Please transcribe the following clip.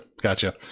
Gotcha